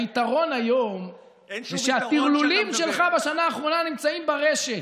היתרון היום, אין שום יתרון כשאתה מדבר.